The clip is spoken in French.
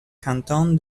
canton